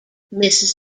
mrs